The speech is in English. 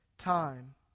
time